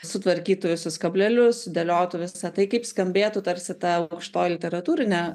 sutvarkytų visus kablelius sudėlioti visą tai kaip skambėtų tarsi ta aukštoji literatūrinė